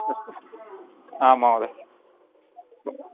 अस्तु आ महोदय